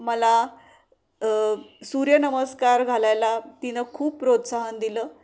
मला सूर्यनमस्कार घालायला तिनं खूप प्रोत्साहन दिलं